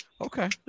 Okay